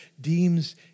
deems